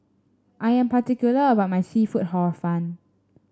I am particular about my seafood Hor Fun